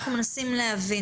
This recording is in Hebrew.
אנחנו מנסים להבין.